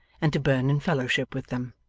and to burn in fellowship with them.